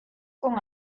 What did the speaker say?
con